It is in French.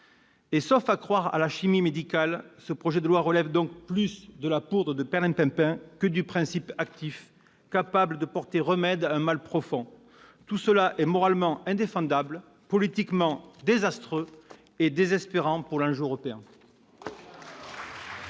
et, sauf à croire à la chimie médicale, il relève de la poudre de perlimpinpin plutôt que du principe actif, capable de porter remède à un mal profond. Tout cela est moralement indéfendable, politiquement désastreux et désespérant pour l'enjeu européen.